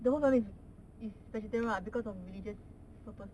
the whole family is vegetarian [what] because of religious purpose